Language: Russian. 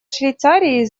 швейцарии